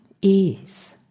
ease